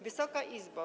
Wysoka Izbo!